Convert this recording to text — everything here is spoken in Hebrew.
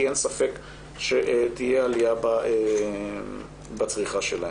כי אין ספק שתהיה עלייה בצריכה שלהם.